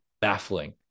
baffling